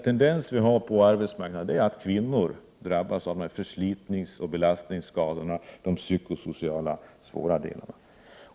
Tendensen på arbetsmarknaden är den att kvinnor drabbas av förslitningsoch belastningsskador och de psykosociala svåra delarna.